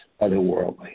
otherworldly